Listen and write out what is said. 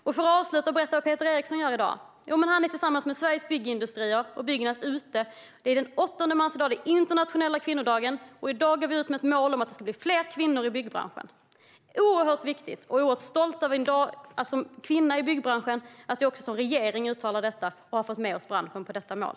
Vad gör då Peter Eriksson i dag? Jo, han är tillsammans med Sveriges Byggindustrier och Byggnads. Det är den 8 mars i dag, den internationella kvinnodagen, och i dag går regeringen ut med ett mål om att det ska bli fler kvinnor i byggbranschen. Det är oerhört viktigt, och som kvinna i byggbranschen är jag stolt över att regeringen uttalar detta och har fått med sig byggbranschen på detta mål.